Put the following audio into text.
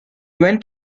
went